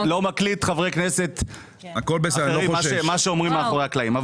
מקליט חברי כנסת, מה שהם אומרים מאחורי הקלעים.